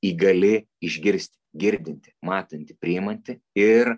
įgali išgirsti girdinti matanti priimanti ir